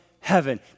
heaven